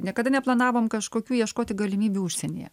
niekada neplanavom kažkokių ieškoti galimybių užsienyje